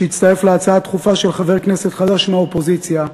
שהצטרף להצעה דחופה של חבר כנסת חדש מהאופוזיציה,